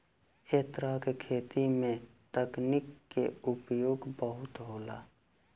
ऐ तरह के खेती में तकनीक के उपयोग बहुत होला